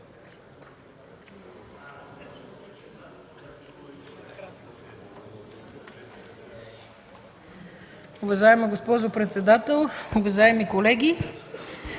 Уважаема госпожо председател, уважаеми колеги!